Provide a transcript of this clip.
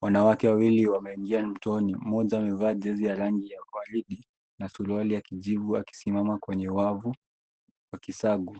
Wanawake wawili wameingia mtoni, mmoja amevaa jezi ya rangi ya waridi na suruali ya kijivu akisimama kwenye wavu wa kisagu